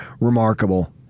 remarkable